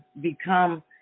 become